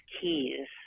keys